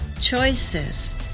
Choices